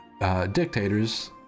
dictators